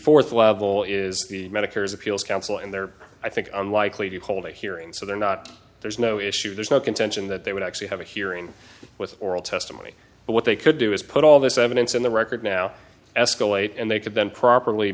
fourth level is the medicare's appeals council and there are i think unlikely to hold a hearing so they're not there's no issue there's no contention that they would actually have a hearing with oral testimony but what they could do is put all this evidence in the record now escalate and they could then properly